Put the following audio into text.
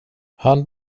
han